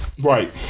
Right